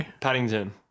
Paddington